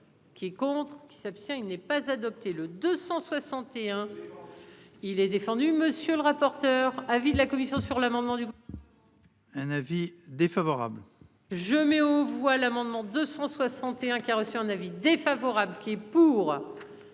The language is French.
Qui est contre. Il s'abstient. Il n'est pas adopté le 261. Il était. Entendu, monsieur le rapporteur. Avis de la commission sur l'amendement du. Un avis défavorable. Je mets aux voix l'amendement 261 qui a reçu un avis défavorable. Qui est pour.